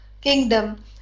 kingdom